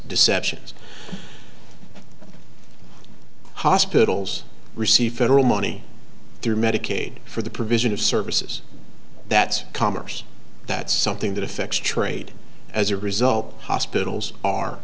deceptions hospitals receive federal money through medicaid for the provision of services that commerce that something that affects trade as a result hospitals are